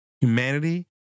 humanity